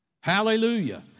Hallelujah